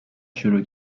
شروع